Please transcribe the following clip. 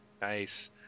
Nice